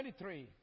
23